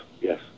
yes